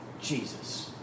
Jesus